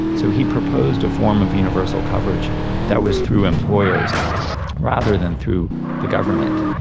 so he proposed a form of universal coverage that was through employers rather than through the government.